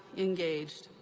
engaged.